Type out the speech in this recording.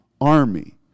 army